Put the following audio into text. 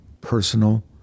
personal